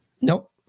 Nope